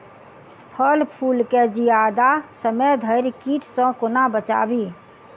फल फुल केँ जियादा समय धरि कीट सऽ कोना बचाबी?